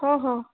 ହଁ ହଁ